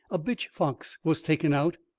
a bitch-fox was taken out,